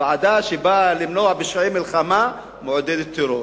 ועדה שבאה למנוע פשעי מלחמה מעודדת טרור.